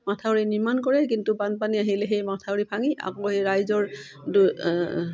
মথাউৰি নিৰ্মাণ কৰে কিন্তু বানপানী আহিলে সেই মথাউৰি ভাঙি আকৌ এই ৰাইজৰ